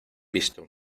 visto